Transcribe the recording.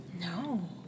No